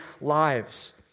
lives